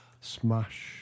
Smash